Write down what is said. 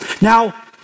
Now